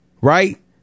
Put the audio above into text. right